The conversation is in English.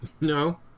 No